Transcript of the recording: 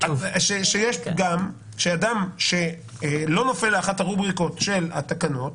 שיש פגם שאדם שלא נופל לאחת הרובריקות של התקנות